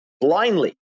blindly